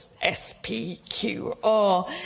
S-P-Q-R